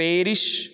Paris